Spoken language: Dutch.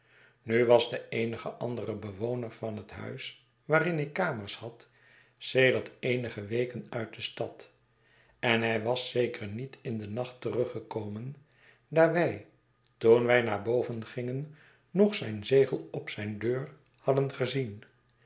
nu was de eenige andere bewoner van het huis waarin ik kamers had sedert eenige weken uit de stad en hij was zeker niet in den nacht teruggekomen daar wij toen wij naar boven gingen nog zijn zegel op zijne deur hadden gezien